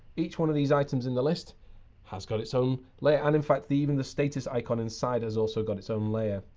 each one of these items in the list has got its own layer. and, in fact, even the status icon inside has also got its own layer.